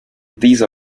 these